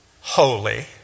holy